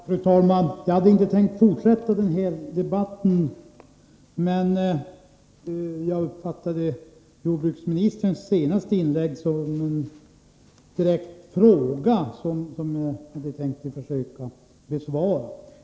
Fru talman! Jag hade inte tänkt fortsätta denna debatt, men jag uppfattade i jordbruksministerns senaste inlägg en direkt fråga som jag skall försöka besvara.